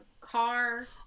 car